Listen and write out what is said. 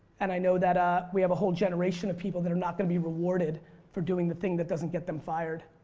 and i know that ah we have a whole generation of people that are not going to be rewarded for doing the thing that doesn't get them fired.